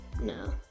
No